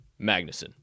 Magnuson